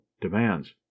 demands